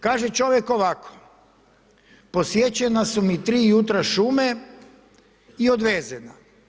Kaže čovjek ovako, posječena su mi tri jutra šume i odvezena.